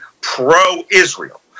pro-Israel